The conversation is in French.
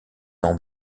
d’en